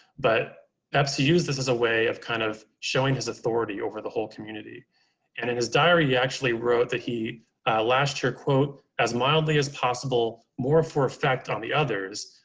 but perhaps he used this as a way of kind of showing his authority over the whole community. and in his diary, he actually wrote that he lashed her, quote, as mildly as possible, more for effect on the others,